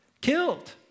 killed